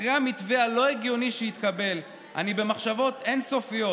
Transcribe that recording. אחרי המתווה הלא-הגיוני שהתקבל אני במחשבות אין-סופיות: